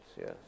yes